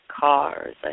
cars